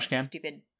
Stupid